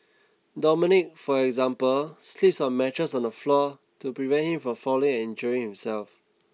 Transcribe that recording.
dominic for example sleeps on a mattress on the floor to prevent him from falling and injuring himself